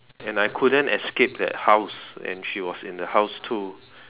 and I couldn't escape that house and she was in the house too